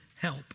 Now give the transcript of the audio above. help